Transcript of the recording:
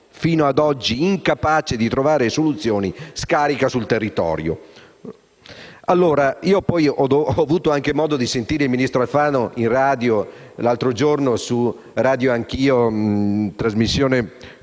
fino ad oggi incapace di trovare soluzioni, scarica sul territorio. Ho avuto modo di sentire il ministro Alfano l'altro giorno su «Radio anch'io», trasmissione